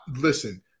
Listen